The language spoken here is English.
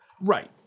Right